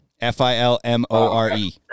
F-I-L-M-O-R-E